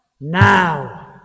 Now